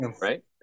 Right